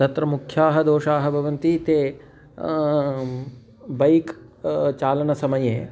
तत्र मुख्याः दोषाः भवन्ति ते बैक् चालनसमये